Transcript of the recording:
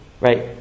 right